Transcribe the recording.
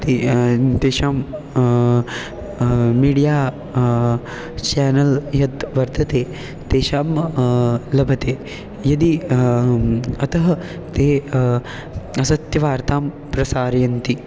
ति तेषां media channel यत् वर्तते तेषां लभते यदि अतः ते असत्यवार्तां प्रसारयन्ति